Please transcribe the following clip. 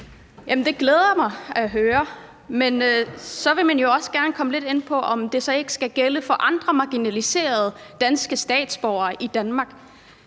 Det glæder mig at høre. Men så vil man jo også gerne komme lidt ind på, om det så ikke skal gælde for andre marginaliserede danske statsborgere i Danmark.